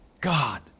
God